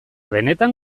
benetan